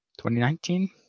2019